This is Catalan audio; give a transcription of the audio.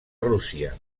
rússia